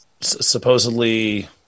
supposedly